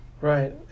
Right